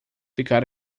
ficar